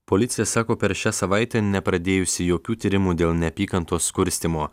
policija sako per šią savaitę nepradėjusi jokių tyrimų dėl neapykantos kurstymo